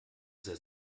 sehr